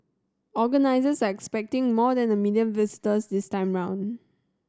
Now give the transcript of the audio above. organisers are expecting more than a million visitors this time round